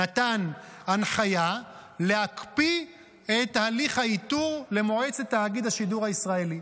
נתן ההנחיה להקפיא את תהליך האיתור למועצת תאגיד השידור הישראלי.